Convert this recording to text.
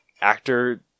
actor